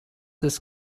his